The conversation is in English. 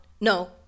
No